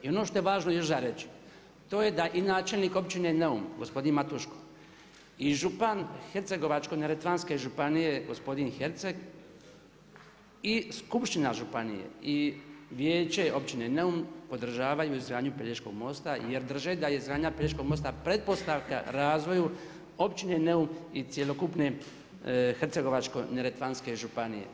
I ono što je važno još za reći, to je da i načelnik općine Neum, gospodin Matuško i župan Hercegovačko-neretvanske županije gospodin Herceg i skupština županije i vijeće općine Neum podržavaju izgradnju Pelješkog mosta jer drže da je izgradnja Pelješkog mosta pretpostavka razvoju općine Neum i cjelokupne Hercegovačko-neretvanske županije.